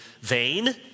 vain